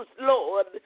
Lord